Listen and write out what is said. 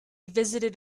visited